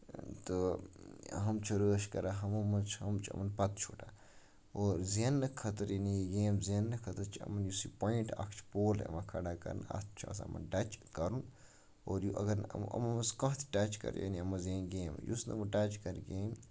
تہٕ ہُم چھِ رٲش کران تِمو منٛز چھُ یِمَن پَتہٕ چھُٹان اور زیننہٕ خٲطرٕ یہِ گیم زیننہٕ چھُ یِمَن یُس یہِ پویِنٹ اکھ چھُ پول یِوان کھڑا کرنہٕ اَتھ چھُ آسان یِمن ٹچ کَرُن اور اَگر نہٕ یِمو یِمو منٛز کانہہ تہِ ٹچ کرِ یا یِمَن منٛز زین گیم یُس نہٕ وۄنۍ ٹچ کرِ کیٚنہہ